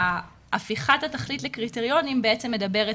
הפיכת התכלית לקריטריונים בעצם מדברת